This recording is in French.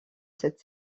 cette